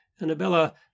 Annabella